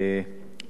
נוסף על כך,